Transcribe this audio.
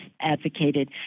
advocated